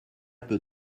peut